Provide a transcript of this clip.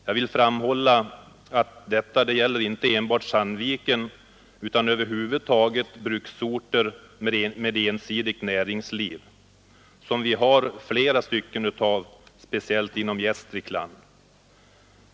Jag vill framhålla att detta gäller inte enbart Sandviken utan över huvud taget bruksorter med ensidigt näringsliv, av vilka vi har flera speciellt i Gästrikland.